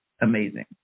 amazing